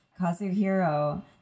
Kazuhiro